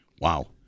Wow